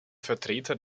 vertreter